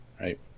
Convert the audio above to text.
right